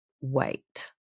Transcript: wait